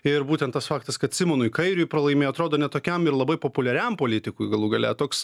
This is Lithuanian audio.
ir būtent tas faktas kad simonui kairiui pralaimėjo atrodo ne tokiam ir labai populiariam politikui galų gale toks